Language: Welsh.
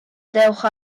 dewch